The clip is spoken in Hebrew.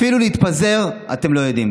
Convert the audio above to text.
אפילו להתפזר אתם לא יודעים.